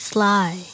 Sly